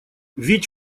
ведь